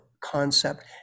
concept